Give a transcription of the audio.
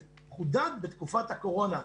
זה חודד בתקופת הקורונה.